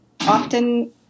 often